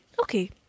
okay